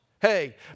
Hey